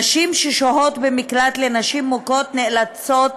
נשים ששוהות במקלט לנשים מוכות נאלצות